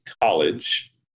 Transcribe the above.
college